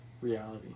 Reality